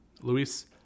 Luis